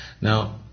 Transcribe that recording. Now